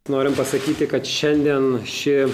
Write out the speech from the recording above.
norim pasakyti kad šiandien ši